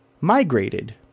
migrated